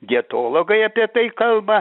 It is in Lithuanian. dietologai apie tai kalba